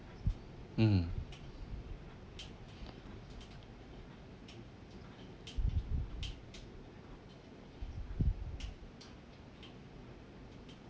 mmhmm